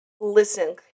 Listen